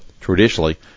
traditionally